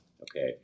okay